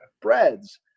breads